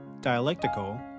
dialectical